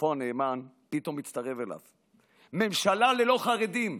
שותפו הנאמן, פתאום הצטרף אליו: ממשלה ללא חרדים.